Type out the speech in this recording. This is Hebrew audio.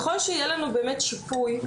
ככל שיהיה לנו באמת שיפוי,